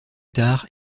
tard